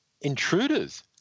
Intruders